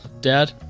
Dad